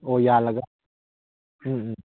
ꯑꯣ ꯌꯥꯜꯂꯒ ꯎꯝ ꯎꯝ